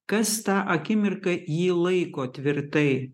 kas tą akimirką jį laiko tvirtai